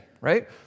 Right